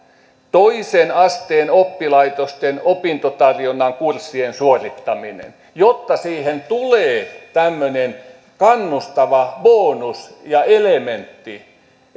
toisen asteen oppilaitosten opintotarjonnan kurssien suorittaminen jotta siihen tulee tämmöinen kannustava bonus ja elementti